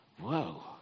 whoa